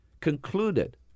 concluded